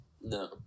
no